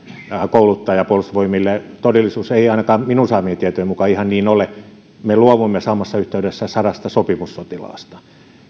kouluttajaa niin todellisuus ei ainakaan minun saamieni tietojen mukaan ihan niin ole me luovumme samassa yhteydessä sadasta sopimussotilaasta